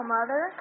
Mother